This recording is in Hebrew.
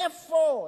איפה?